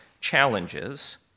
challenges